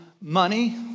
money